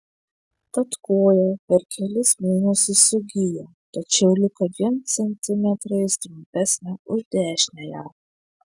tad koja per kelis mėnesius sugijo tačiau liko dviem centimetrais trumpesnė už dešiniąją